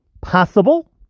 possible